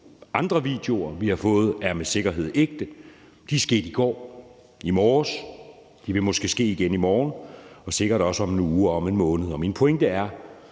Andre videoer, vi har fået, er med sikkerhed ægte. De viser noget, der er sket i går eller i morges, og som måske vil ske igen i morgen og sikkert også om en uge og en måned. Min pointe er: